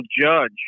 judge